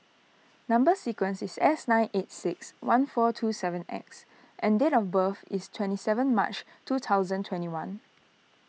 Number Sequence is S nine eight six one four two seven X and date of birth is twenty seven March two thousand and twenty one